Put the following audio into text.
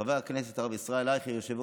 חבר הכנסת הרב ישראל אייכלר,